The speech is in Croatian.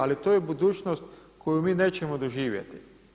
Ali to je budućnost koju mi nećemo doživjeti.